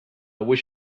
wish